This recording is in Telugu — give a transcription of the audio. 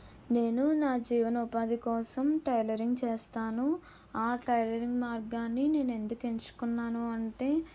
నేను నా జీవనోపాధి కోసం టైలరింగ్ చే స్తాను ఆ టైలరింగ్ మార్గాన్ని నేను ఎందుకు ఎంచుకున్నాను అంటే